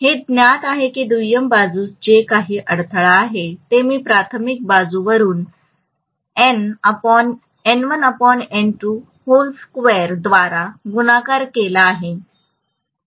हे ज्ञात आहे की दुय्यम बाजूस जे काही अडथळा आहे ते मी प्राथमिक बाजू वरुन द्वारे गुणाकार केला आहे